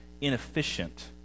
inefficient